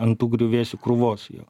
ant tų griuvėsių krūvos jo